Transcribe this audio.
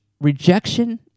rejection